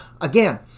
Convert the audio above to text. Again